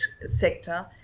sector